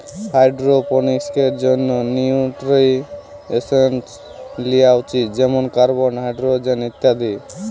হাইড্রোপনিক্সের জন্যে নিউট্রিয়েন্টস লিয়া উচিত যেমন কার্বন, হাইড্রোজেন ইত্যাদি